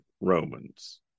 Romans